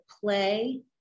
play